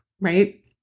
right